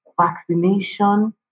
vaccination